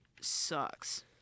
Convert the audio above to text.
sucks